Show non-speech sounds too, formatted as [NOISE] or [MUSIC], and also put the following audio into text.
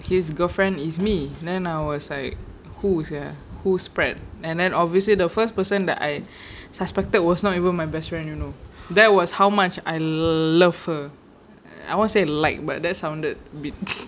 his girlfriend is me then I was like who sia who spread and then obviously the first person that I suspected was not even my best friend you know that was how much I love her I want to say like but that sounded a bit [LAUGHS]